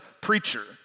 preacher